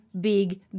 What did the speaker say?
big